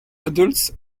adults